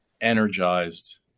energized